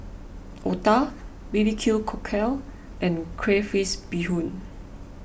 Otah B B Q Cockle and Crayfish BeeHoon